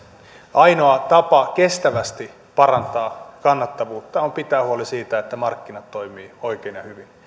ainoa tapa kestävästi parantaa kannattavuutta on pitää huoli siitä että markkinat toimivat oikein ja hyvin